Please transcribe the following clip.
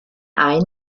ein